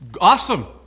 Awesome